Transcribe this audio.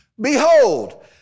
Behold